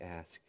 ask